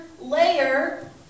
layer